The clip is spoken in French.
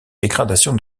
dégradation